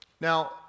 Now